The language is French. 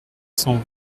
cent